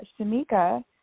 Shamika